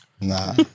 Nah